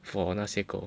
for 那些狗